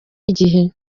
igihe